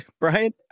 Brian